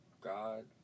God